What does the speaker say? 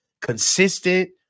consistent